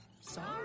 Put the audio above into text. Sorry